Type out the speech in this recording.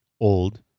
old